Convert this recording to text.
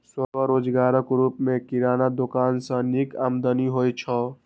स्वरोजगारक रूप मे किराना दोकान सं नीक आमदनी होइ छै